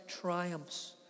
triumphs